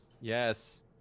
Yes